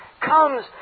comes